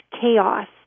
chaos